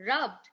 rubbed